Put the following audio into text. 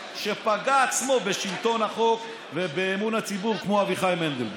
בעצמו בשלטון החוק ובאמון הציבור כמו אביחי מנדלבליט.